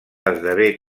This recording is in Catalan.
esdevé